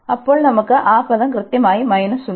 അപ്പോൾ നമുക്ക് ആ പദം കൃത്യമായി മൈനസ് ഉണ്ട്